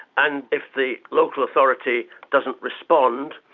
and if the local authority doesn't respond,